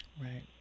Right